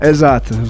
Exato